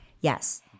Yes